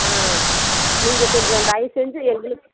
ஆ நீங்கள் கொஞ்சம் தயவு செஞ்சு எங்களுக்கு